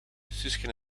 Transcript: suske